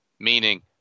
Meaning